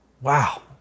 Wow